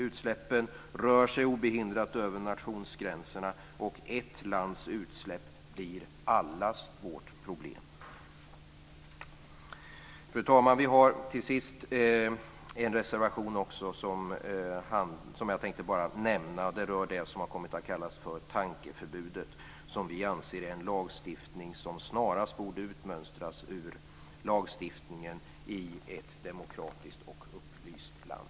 Utsläppen rör sig obehindrat över nationsgränserna och ett lands utsläpp blir allas vårt problem. Fru talman! Vi har till sist en reservation som jag bara tänkte nämna. Det är den som har kommit att kallas för tankeförbudet, som vi anser är en lagstiftning som snarast borde utmönstras ur lagstiftningen i ett demokratiskt och upplyst land.